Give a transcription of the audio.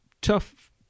tough